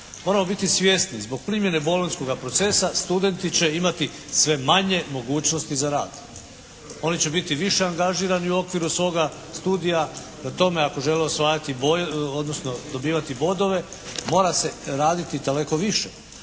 Moramo biti svjesni zbog primjene "Bolonjskoga procesa" studenti će imati sve manje mogućnosti za rad. Oni će biti više angažirani u okviru svoga studija. Prema tome, ako žele ostvariti bodove odnosno dobivati bodove mora se raditi daleko više.